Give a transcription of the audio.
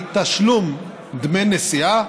מתשלום דמי נסיעה,